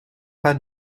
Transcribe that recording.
pas